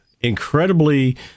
incredibly